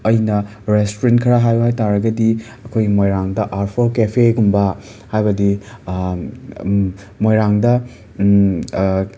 ꯑꯩꯅ ꯔꯦꯁꯇ꯭ꯔꯨꯔꯦꯟ ꯈꯔ ꯍꯥꯏꯌꯨ ꯍꯥꯏꯇꯥꯔꯒꯗꯤ ꯑꯩꯈꯣꯏꯒꯤ ꯃꯣꯏꯔꯥꯡꯗ ꯑꯔꯐꯣꯔ ꯀꯦꯐꯦꯒꯨꯝꯕ ꯍꯥꯏꯕꯗꯤ ꯃꯣꯏꯔꯥꯡꯗ